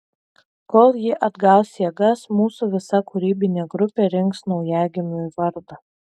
kol ji atgaus jėgas mūsų visa kūrybinė grupė rinks naujagimiui vardą